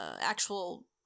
actual